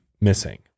missing